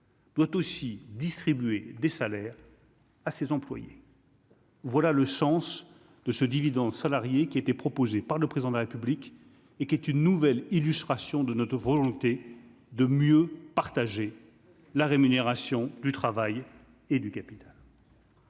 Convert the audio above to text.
Doit aussi distribuer des salaires à ses employés. Voilà le sens de ce dividende salarié qui était proposé par le président de la République et qui est une nouvelle illustration de notre volonté de mieux partager la rémunération du travail et du capital.